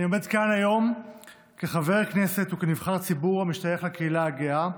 אני עומד כאן היום כחבר הכנסת וכנבחר ציבור המשתייך לקהילה הגאה,